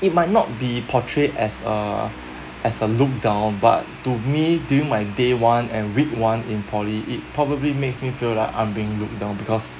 it might not be portrayed as a as a look down but to me during my day one and week one in poly it probably makes me feel like I'm being look down because